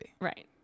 Right